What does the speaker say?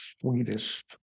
sweetest